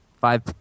five